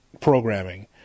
programming